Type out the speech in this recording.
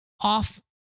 off